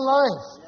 life